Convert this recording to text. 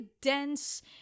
dense